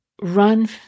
run